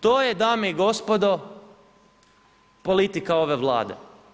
To je dame i gospodo, politika ove vlade.